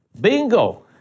bingo